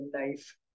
life